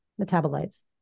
metabolites